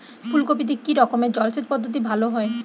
ফুলকপিতে কি রকমের জলসেচ পদ্ধতি ভালো হয়?